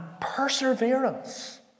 perseverance